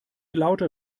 lauter